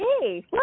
hey